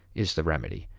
is the remedy.